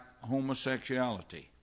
homosexuality